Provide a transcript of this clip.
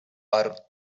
are